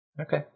Okay